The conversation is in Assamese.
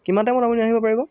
কিমান টাইমত আপুনি আহিব পাৰিব